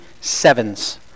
sevens